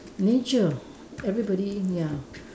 nature everybody ya